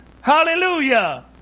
Hallelujah